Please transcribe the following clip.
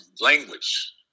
language